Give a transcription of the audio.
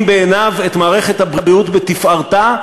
בעיניו את מערכת הבריאות בתפארתה,